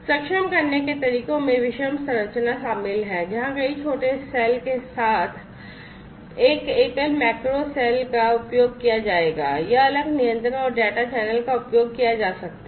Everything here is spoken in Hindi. सक्षम करने के तरीकों में विषम संरचना शामिल है जहां कई छोटे सेल के साथ एक एकल मैक्रो सेल का उपयोग किया जाएगा या अलग नियंत्रण और डेटा चैनल का उपयोग किया जा सकता है